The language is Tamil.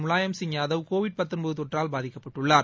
முலாயம் சிங் யாதவ் கோவிட் தொற்றால் பாதிக்கப்பட்டுள்ளார்